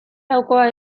laukoa